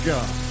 God